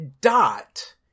dot